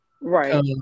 right